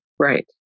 Right